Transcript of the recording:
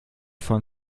von